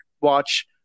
Watch